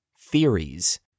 Theories